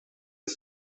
his